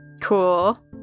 Cool